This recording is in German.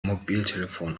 mobiltelefon